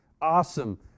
awesome